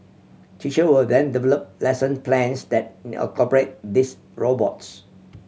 teacher will then develop lesson plans that incorporate these robots